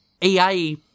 EA